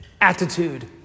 attitude